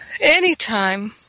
Anytime